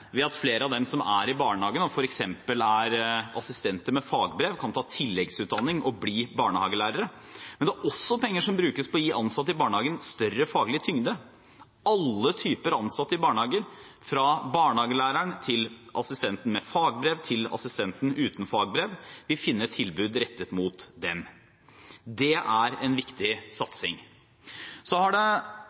ved at flere av dem som er i barnehagen og f.eks. er assistenter med fagbrev, kan ta tilleggsutdanning og bli barnehagelærere. Det er også penger som brukes på å gi ansatte i barnehagen mer faglig tyngde. Alle typer ansatte i barnehager, fra barnehagelæreren til assistenten med fagbrev til assistenten uten fagbrev, vil finne tilbud rettet mot seg. Det er en viktig satsing. Så har det